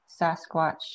Sasquatch